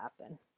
happen